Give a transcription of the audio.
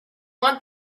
want